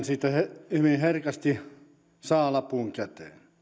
siitä hyvin herkästi saa lapun käteen mutta minäpä